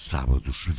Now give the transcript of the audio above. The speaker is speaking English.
Sábados